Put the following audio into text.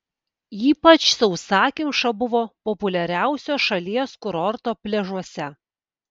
ypač sausakimša buvo populiariausio šalies kurorto pliažuose